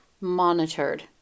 monitored